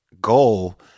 goal